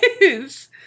Yes